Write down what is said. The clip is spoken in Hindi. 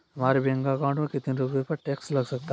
हमारे बैंक अकाउंट में कितने रुपये पर टैक्स लग सकता है?